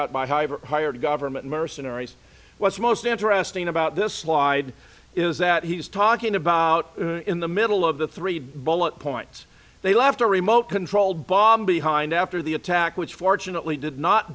ever higher government mercenaries what's most interesting about this slide is that he's talking about in the middle of the three bullet points they left a remote controlled bomb behind after the attack which fortunately did not